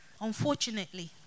Unfortunately